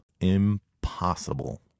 Impossible